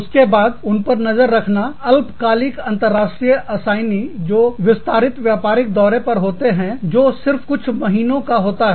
उसके बादउन पर नजर रखना अल्पकालिक अंतरराष्ट्रीय असाइनीजो विस्तारित व्यापारिक दौरे पर होते हैं जो सिर्फ कुछ महीनों का होता है